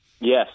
Yes